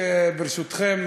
ברשותכם,